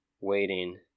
waiting